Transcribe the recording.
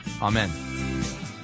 Amen